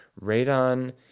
radon